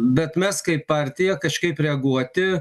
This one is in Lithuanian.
bet mes kaip partija kažkaip reaguoti